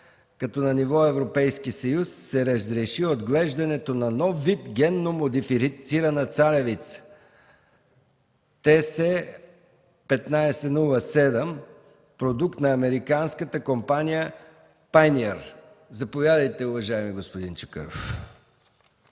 като на ниво Европейски съюз се разреши отглеждането на нов вид генномодифицирана царевица „ТС 1507” – продукт на американската компания „Пайъниър”. Заповядайте, уважаеми господин Чакъров.